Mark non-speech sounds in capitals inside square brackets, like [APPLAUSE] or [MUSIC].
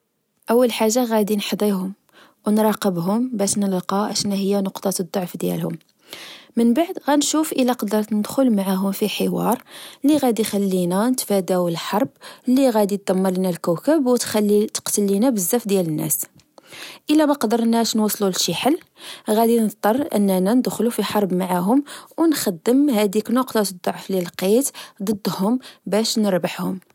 أول حاجة غدي نحضيهم، أو نراقبهم باش نلقى أشنهيا نقطة الضعف ديالهم. من بعد غنشوف إلى قدرت ندخل معاهم في حوار لغدي خلينا نتفداو الحرب لغدي دمر لينا الكوكب أو تخلي تقتل لينا بزاف ديال ناس. [NOISE] إلا مقدرناش نوصلو لشي حل، غدي نضطر أننا ندخلو في شي حرب معاهم أو نخدم هديك نقطة الضعف للقيت ضدهم باش نربحهم